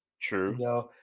True